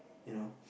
you know